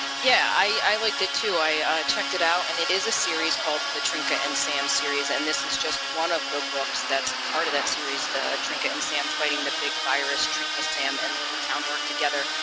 yeah i liked it too i checked it out and it is a series called the trinka and sam series and this is just one of the books that's part of that series trinka and sam fighting the big virus. trinka, sam and little town work together.